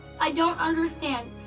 i don't understand.